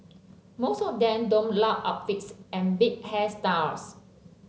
most of them donned loud outfits and big hairstyles